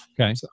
Okay